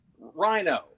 Rhino